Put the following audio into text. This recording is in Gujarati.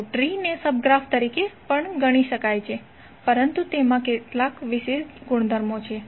તો ટ્રીને સબ ગ્રાફ તરીકે પણ ગણી શકાય પરંતુ તેમાં કેટલાક વિશેષ ગુણધર્મો છે